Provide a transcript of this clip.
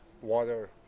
water